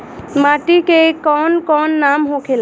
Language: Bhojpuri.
माटी के कौन कौन नाम होखेला?